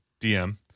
DM